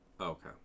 okay